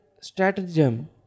stratagem